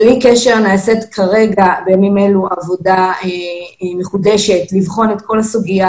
בלי קשר נעשית בימים אלו עבודה מחודשת כדי לבחון את כל הסוגיה